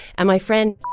and my friend.